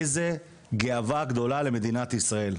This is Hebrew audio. איזה גאווה גדולה למדינת ישראל.